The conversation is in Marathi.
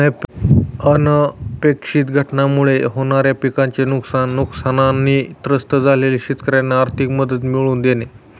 अनपेक्षित घटनांमुळे होणाऱ्या पिकाचे नुकसान, नुकसानाने त्रस्त झालेल्या शेतकऱ्यांना आर्थिक मदत मिळवून देणे